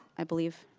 i believe,